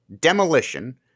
demolition